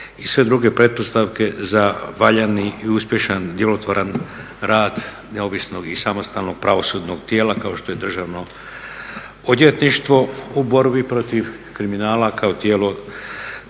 i sve druge pretpostavke za valjani i uspješan, djelotvoran rad neovisnog i samostalnog pravosudnog tijela kao što je Državno odvjetništvo u borbi protiv kriminala kao tijelo